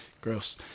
Gross